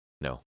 No